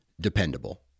dependable